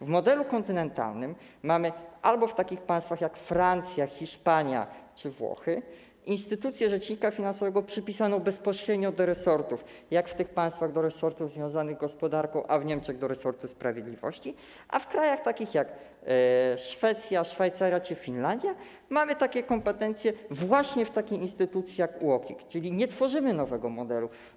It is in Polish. W modelu kontynentalnym w takich państwach jak Francja, Hiszpania czy Włochy mamy instytucję rzecznika finansowego przypisaną bezpośrednio do resortów - w tych państwach do resortów związanych gospodarką, a w Niemczech do resortu sprawiedliwości - a w takich krajach jak Szwecja, Szwajcaria czy Finlandia mamy takie kompetencje właśnie w takiej instytucji jak UOKiK, czyli nie tworzymy nowego modelu.